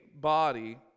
body